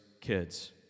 kids